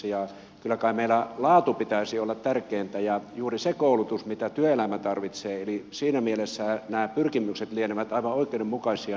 kyllä kai meillä laadun pitäisi olla tärkeintä ja juuri sen koulutuksen mitä työelämä tarvitsee eli siinä mielessä nämä pyrkimykset lienevät aivan oikeudenmukaisia